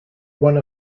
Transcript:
one